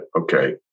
okay